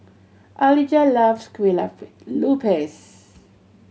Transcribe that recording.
Alijah loves kueh lupis